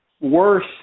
worse